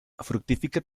fructifica